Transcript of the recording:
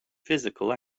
physical